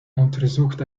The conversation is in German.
untersucht